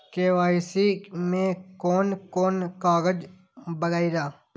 KYC में कोन कोन कागज वगैरा?